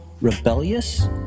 rebellious